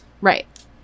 right